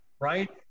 right